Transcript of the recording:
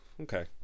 okay